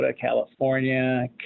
California